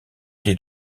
des